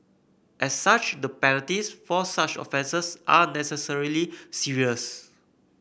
as such the penalties for such offences are necessarily serious